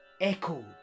echoed